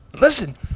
Listen